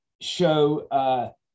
show